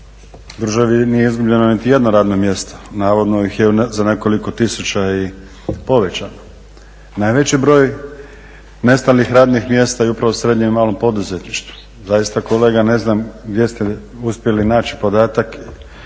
državi nije izgubljeno niti jedno radno mjesto, navodno ih je za nekoliko tisuća i povećano. Najveći broj nestalih radnih mjesta je upravo u srednjem i malom poduzetništvu. Zaista kolega ne znam gdje ste uspjeli naći podatak